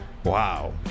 Wow